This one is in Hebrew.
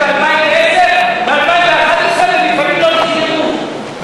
ב-2010 וב-2011 ומפעלים לא נסגרו,